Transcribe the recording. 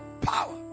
Power